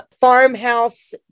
farmhouse